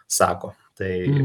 sako tai